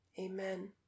Amen